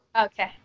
Okay